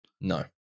No